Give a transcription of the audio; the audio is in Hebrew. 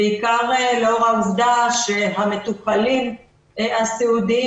בעיקר לאור העובדה שהמטופלים הסיעודיים